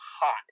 hot